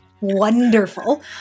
wonderful